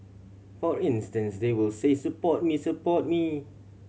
for instance they will say support me support me